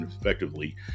effectively